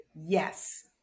Yes